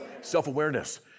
Self-awareness